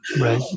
right